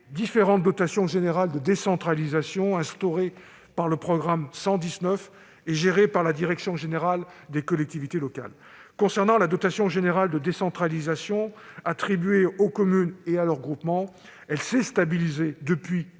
différentes dotations générales de décentralisation (DGD) instaurées par le programme 119 et gérées par la direction générale des collectivités locales. La dotation générale de décentralisation attribuée aux communes et à leurs groupements s'est stabilisée depuis